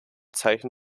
zeichen